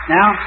Now